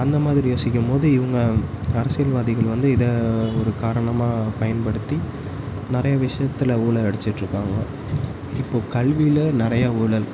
அந்த மாதிரி யோசிக்கும் போது இவங்க அரசியல்வாதிகள் வந்து இதை ஒரு காரணமாக பயன்படுத்தி நிறைய விஷயத்துல ஊழல் அடிச்சுட்ருக்காங்க இப்போது கல்வியில் நிறையா ஊழல்